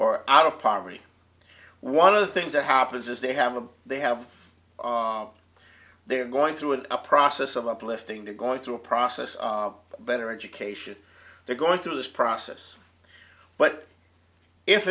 or out of poverty one of the things that happens is they have a they have they're going through an a process of uplifting they're going through a process of better education they're going through this process what if